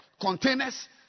containers